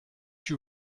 you